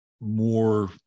more